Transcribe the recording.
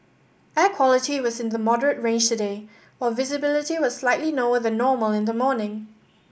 air quality was in the moderate range today while visibility was slightly lower than normal in the morning